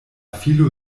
filo